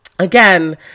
Again